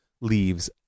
leaves